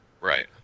Right